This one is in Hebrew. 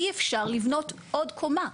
אי אפשר לבנות עוד קומה,